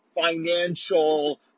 financial